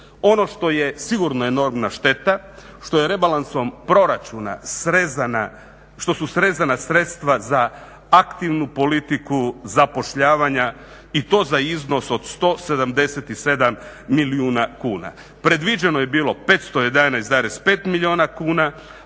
Ono što je sigurno enormna šteta što je rebalansom proračuna srezana, što su srezana sredstva za aktivnu politiku zapošljavanja i to za iznos od 177 milijuna kuna. Predviđeno je 511,5 milijuna kuna,